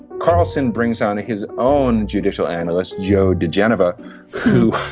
carlson brings on his own judicial analyst joe digenova who